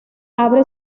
abre